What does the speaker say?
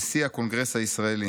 נשיא הקונגרס הישראלי.